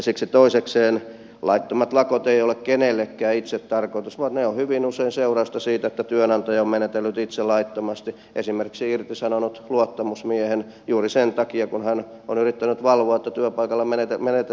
siksi toisekseen laittomat lakot eivät ole kenellekään itsetarkoitus vaan ne ovat hyvin usein seurausta siitä että työnantaja on menetellyt itse laittomasti esimerkiksi irtisanonut luottamusmiehen juuri sen takia kun hän on yrittänyt valvoa että työpaikalla meneteltäisiin laillisesti